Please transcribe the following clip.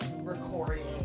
recording